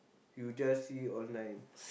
you just see online